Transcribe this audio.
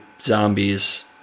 zombies